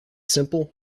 simple